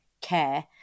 care